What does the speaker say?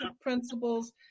principles